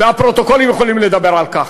והפרוטוקולים יכולים לדבר על כך,